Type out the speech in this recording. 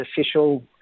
official